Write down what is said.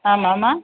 ஆமாம்மா